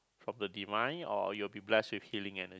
from the divine or you will blessed with healing energy